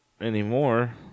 anymore